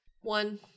One